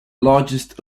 largest